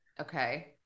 okay